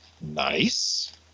Nice